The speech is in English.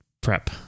Prep